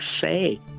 say